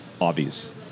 obvious